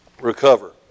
recover